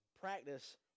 practice